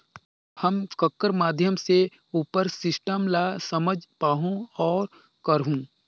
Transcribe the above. हम ककर माध्यम से उपर सिस्टम ला समझ पाहुं और करहूं?